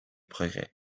progrès